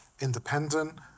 independent